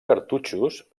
cartutxos